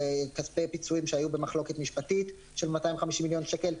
כספי פיצויים שהיו במחלוקת משפטית של 250 מיליון שקל.